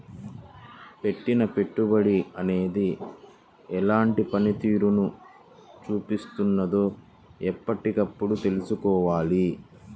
పెట్టిన పెట్టుబడి అనేది ఎలాంటి పనితీరును చూపిస్తున్నదో ఎప్పటికప్పుడు తెల్సుకోవాలి